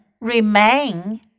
remain